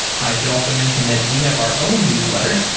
i should also mention that we have our own newsletter.